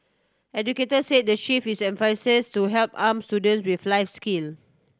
educators say the shift is emphasis to help arm students with life skill